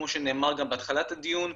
כמו שנאמר גם בתחילת הדיון,